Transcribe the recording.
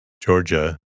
Georgia